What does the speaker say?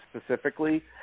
specifically